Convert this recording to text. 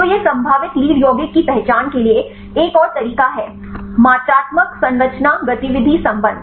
तो यह संभावित लीड यौगिक की पहचान के लिए एक और तरीका है मात्रात्मक संरचना गतिविधि संबंध